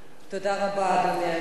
אדוני היושב-ראש,